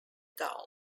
dahl